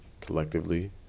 collectively